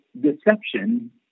deception